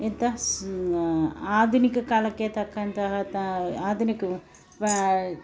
ಎಂತ ಆಧುನಿಕ ಕಾಲಕ್ಕೆ ತಕ್ಕಂತಹ ಆಧುನಿಕ